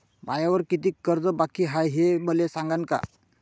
मायावर कितीक कर्ज बाकी हाय, हे मले सांगान का?